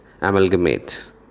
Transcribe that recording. Amalgamate